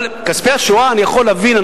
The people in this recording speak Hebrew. אבל כספי השואה אני יכול להבין,